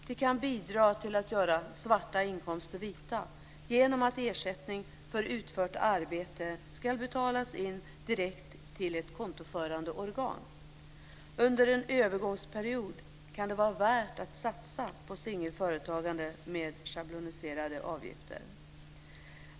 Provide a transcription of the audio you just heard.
Det kan bidra till att göra svarta inkomster vita genom att ersättning för utfört arbete ska betalas in direkt till ett kontoförande organ. Under en övergångsperiod kan det vara värt att satsa på singelföretagande med schabloniserade avgifter.